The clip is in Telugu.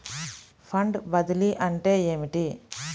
ఫండ్ బదిలీ అంటే ఏమిటి?